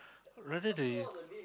rather there is